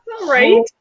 Right